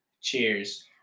cheers